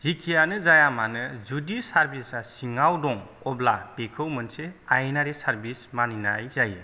जिखिजायामानो जुदि सार्भिसा सिङाव दं अब्ला बेखौ मोनसे आयेनारि सार्भिस मानिनाय जायो